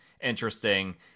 interesting